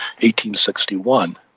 1861